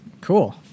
Cool